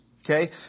Okay